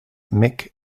mick